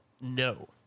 No